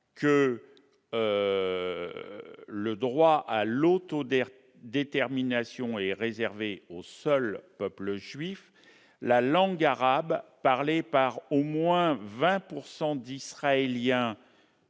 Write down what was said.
que le droit à l'autodétermination est réservé au seul peuple juif. La langue arabe, parlée par au moins 20 % d'Israéliens